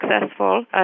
successful